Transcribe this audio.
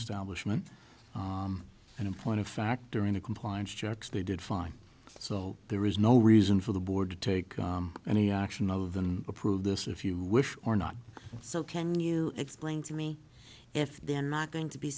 establishment and in point of fact during the compliance checks they did fine so there is no reason for the board to take any action other than approve this if you wish or not so can you explain to me if they're not going to be